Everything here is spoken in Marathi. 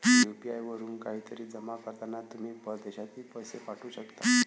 यू.पी.आई वरून काहीतरी जमा करताना तुम्ही परदेशातही पैसे पाठवू शकता